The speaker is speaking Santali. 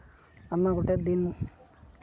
ᱟᱭᱢᱟ ᱜᱚᱴᱮᱱ ᱫᱤᱱ